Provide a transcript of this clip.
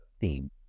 theme